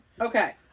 Okay